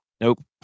Nope